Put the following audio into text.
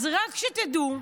אז רק שתדעו,